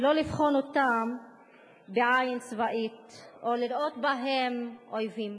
ולא לבחון אותם בעין צבאית או לראות בהם אויבים.